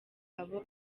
abo